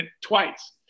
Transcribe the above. twice